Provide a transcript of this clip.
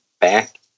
back